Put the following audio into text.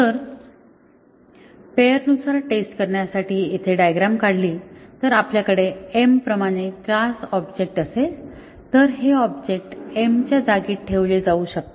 तर पेअर नुसार टेस्ट करण्यासाठी येथे डायग्रॅम काढली तर आपल्याकडे m प्रमाणे क्लास ऑब्जेक्ट असेल तर हे ऑब्जेक्ट m च्या जागी ठेवले जाऊ शकतात